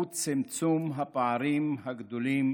הוא צמצום הפערים הגדולים